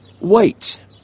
wait